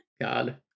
god